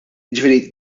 jiġifieri